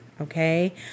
Okay